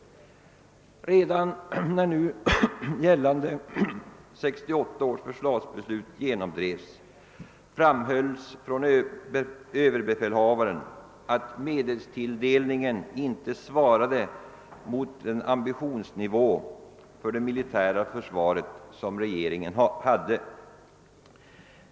Redan när nu gällande 1968 års försvarsbeslut genomdrevs framhölls av överbefälhavaren att medelstilldelningen inte svarade mot den ambitionsnivå för det militära försvaret som regeringen hade.